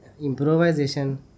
improvisation